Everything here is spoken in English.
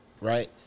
right